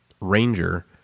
ranger